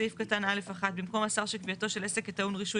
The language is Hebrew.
בסעיף קטן א' (1) "במקום השר שקביעתו של עסק כטעון רישוי